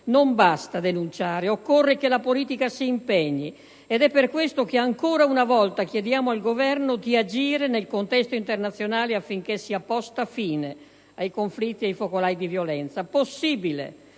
Non basta denunciare: occorre che la politica si impegni. È per questo che, ancora una volta, chiediamo al Governo di agire nel contesto internazionale affinché sia posta fine ai conflitti e ai focolai di violenza.